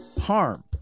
harm